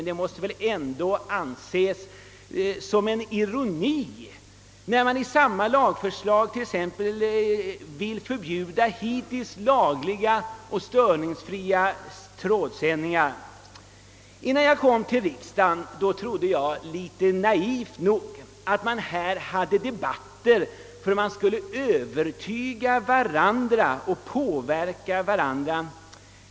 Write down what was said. Det måste väl ändå anses vara en ironi, när man i samma lagförslag t.ex. vill förbjuda hittills lagliga och störningsfria trådsändningar. Innan jag kom till riksdagen trodde jag naivt nog att man här hade debatter för att man skulle övertyga och påverka varandra.